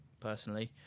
personally